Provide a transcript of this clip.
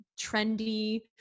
trendy